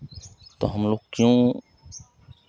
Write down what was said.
तो हमलोग क्यों